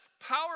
power